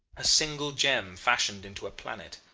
a single gem fashioned into a planet.